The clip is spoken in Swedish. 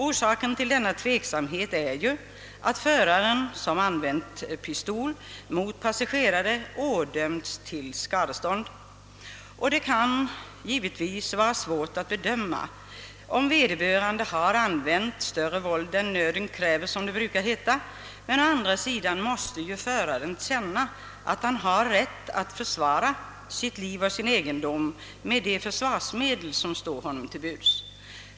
Orsaken till denna tveksamhet är, att förare som använt gaspistol mot passagerare har ådömts skadestånd. Det kan givetvis vara svårt att bedöma, om föraren har använt större våld än nöden kräver — som det brukar heta — men å andra sidan måste ju föraren känna att han har rätt att försvara sitt liv och sin egendom med de försvarsmedel som står till buds.